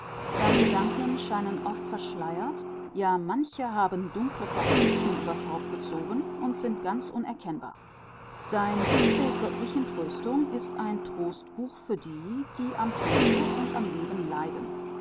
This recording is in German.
seine gedanken scheinen verschleiert ja manche haben dunkle kapuzen übers haupt gezogen und sind unerkennbar sein buch der göttlichen tröstung ist ein trostbuch für die die am tode und am leben leiden